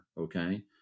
okay